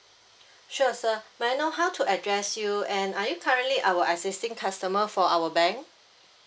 sure sir may I know how to address you and are you currently our existing customer for our bank